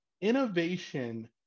innovation